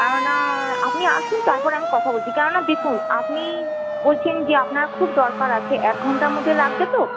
কেননা আপনি আসুন তারপর আমি কথা বলছি কেননা দেখুন আপনি বলছেন যে আপনার খুব দরকার আছে এক ঘন্টার মধ্যে লাগবে তো